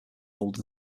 golden